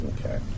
Okay